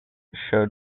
showed